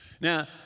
Now